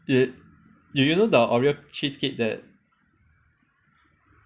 y~ do you know the oreo cheesecake that